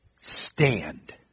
stand